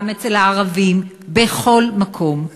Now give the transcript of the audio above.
גם אצל הערבים, בכל מקום.